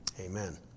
amen